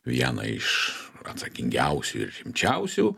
vieną iš atsakingiausių ir rimčiausių